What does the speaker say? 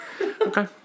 Okay